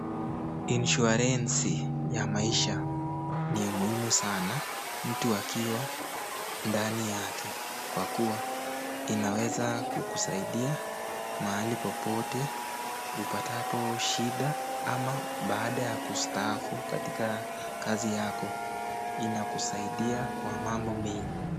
Insurance ya maisha ni muhimu sana mtu akiwa ndani yake, kwa kuwa inaweza kukusaidia mahali popote upatapo shida ama baada ya kustaafu katika kazi yako, inakusaidia kwa mambo mengi.